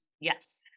Yes